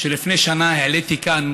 כמעט לקונסנזוס מכל באי הבית הזה.